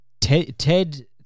Ted